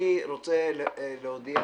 אני רוצה להודיע